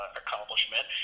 accomplishment